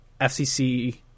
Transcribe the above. FCC